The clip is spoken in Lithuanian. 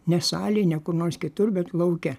ne salėj ne kur nors kitur bet lauke